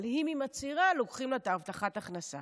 אבל אם היא מצהירה, לוקחים לה את הבטחת ההכנסה.